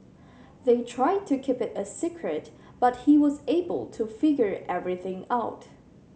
they tried to keep it a secret but he was able to figure everything out